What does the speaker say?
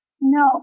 No